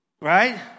Right